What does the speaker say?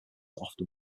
often